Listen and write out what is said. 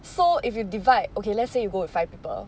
so if you divide okay let's say you go with five people